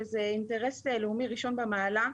שזה אינטרס לאומי ראשון במעלה.